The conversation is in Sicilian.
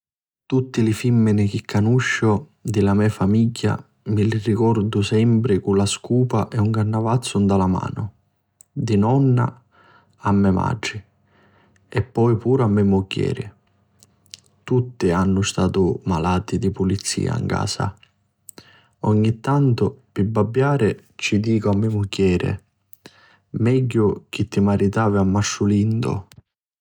Tutti li fimmini chi canusciu di la me famigghia mi li ricordu sempri cu la scupa e un cannavazzu nta la manu. Di nonna a me matri e poi puru a me mugghiri, tutti hannu statu malati di pulizi 'n casa. Ogni tanti pi babbiari ci dicu a me mugghieri: magghiu chi ti maritavi a Matru Lindu.